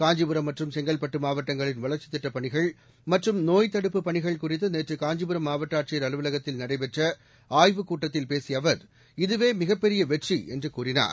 காஞ்சிபுரம் மற்றும் செங்கற்பட்டு மாவட்டங்களின் வளர்ச்சித் திட்டப் பணிகள் மற்றும் நோய்த் தடுப்புப் பணிகள் குறித்து நேற்று காஞ்சிபுரம் மாவட்ட ஆட்சியர் அலுவலகத்தில் நடைபெற்ற ஆய்வுக் கூட்டத்தில் பேசிய அவர் இதுவே மிகப் பெரிய வெற்றி என்று கூறினார்